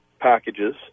packages